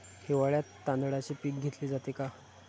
हिवाळ्यात तांदळाचे पीक घेतले जाते का?